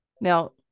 now